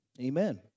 amen